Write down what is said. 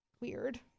weird